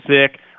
sick